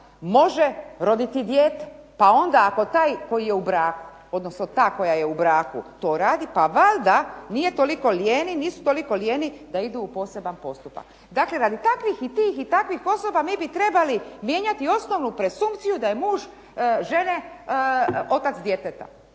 taj koji je u braku, odnosno ta koja je u braku to radi, pa valjda nisu toliko lijeni da idu u poseban postupak. Dakle, radi takvih i tih i takvih osoba mi bi morali mijenjati osnovnu presukciju da je muž žene otac djeteta.